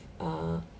err